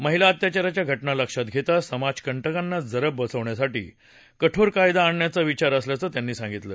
महिला अत्याचाराच्या घटना लक्षात घेता समाजकंटकांना जरब बसण्यासाठी कठोर कायदा आणण्याचा विचार असल्याचं त्यांनी सांगितलं